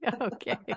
okay